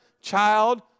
child